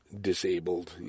disabled